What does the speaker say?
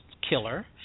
killer